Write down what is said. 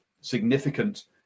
significant